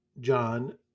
John